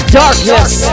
darkness